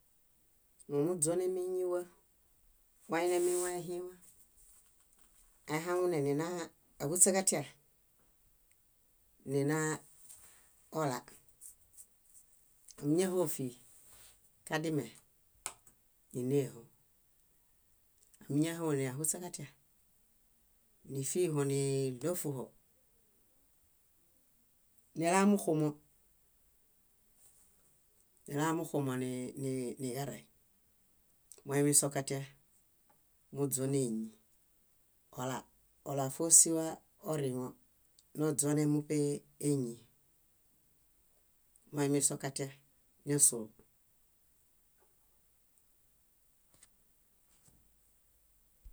. Momuźonemiiñiwa, wainamiwaehĩwa, aihaŋuneninaa áhuśaġatia ninaaola ámiñahofi kadime, níneho. Ámiñahone áhuśaġatia, nífihiniɭafuho, nilamuxumo, nilamuxumo niġareŋ. Moimisokatia, múźoneñi. Ola, ola fósiwa oriŋoḃa noźonemuṗe éñi. Moimisokatia, ñásoo.